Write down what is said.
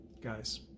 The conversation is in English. guys